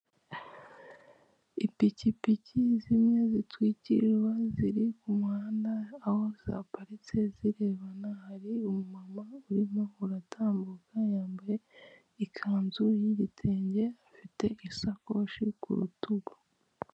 Ipikipiki zimwe zitwikirirwa ziri ku muhanda aho zaparitse zirebana, hari umu mama urimo uratambuka yambaye ikanzu y'igitenge afite isakoshi ku rutugu.